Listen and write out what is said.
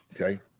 Okay